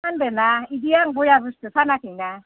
फानदोंना इदि आङो बया बुस्थु फानाखैना